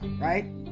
right